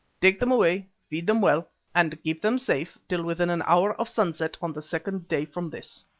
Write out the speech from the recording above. take them away, feed them well and keep them safe till within an hour of sunset on the second day from this.